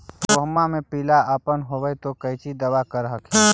गोहुमा मे पिला अपन होबै ह तो कौची दबा कर हखिन?